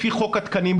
לפי חוק התקנים,